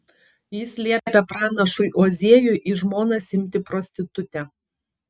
jis liepia pranašui ozėjui į žmonas imti prostitutę